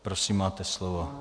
Prosím, máte slovo.